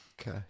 Okay